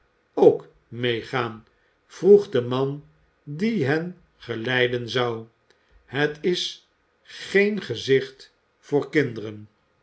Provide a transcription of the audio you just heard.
ook meegaan vroeg de man die hen geleiden zou het is geen gezicht voor kinderen